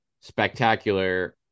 spectacular